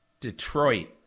Detroit